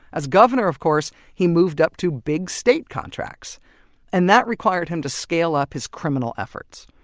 as governor, of course he moved up to big state contracts and that required him to scale-up his criminal efforts.